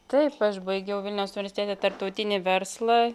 taip aš baigiau vilniaus universitete tarptautinį verslą